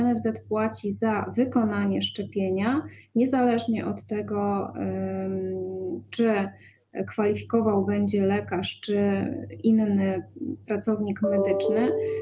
NFZ płaci za wykonanie szczepienia niezależnie od tego, czy kwalifikował do niego będzie lekarz czy inny pracownik medyczny.